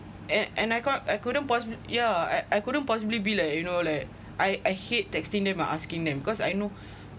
an~ and I can't I couldn't possib~ yeah I I couldn't possibly be like you know like I I hate texting them and asking them cause I know